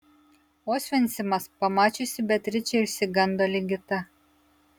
osvencimas pamačiusi beatričę išsigando ligita